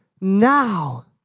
now